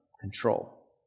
control